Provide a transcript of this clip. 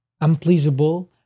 Unpleasable